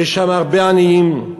ויש שם הרבה עניים.